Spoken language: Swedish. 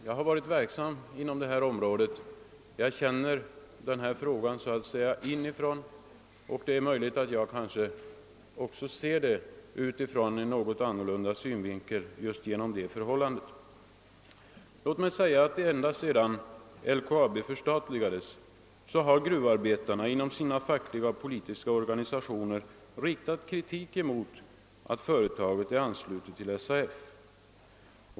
Jag har varit verksam inom detta område, jag känner denna fråga så att säga inifrån, och det är möjligt att jag också ser den utifrån en något annan synvinkel just på grund av detta förhållande. Låt mig nämna att ända sedan LKAB förstatligades har gruvarbetarna genom sina fackliga och politiska organisationer riktat kritik mot att företaget är anslutet till SAF.